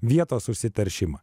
vietos užsiteršimą